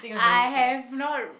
I have no